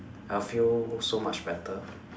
I feel so much better